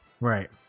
Right